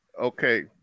okay